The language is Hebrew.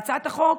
אבל בהצעת החוק,